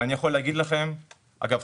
אגב,